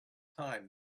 time